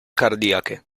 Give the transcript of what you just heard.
cardiache